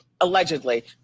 Allegedly